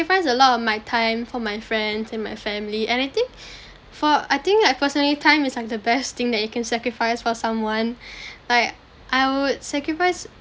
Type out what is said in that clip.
sacrifice a lot of my time for my friends and my family and I think for I think like personally time is like the best thing that you can sacrifice for someone like I would sacrifice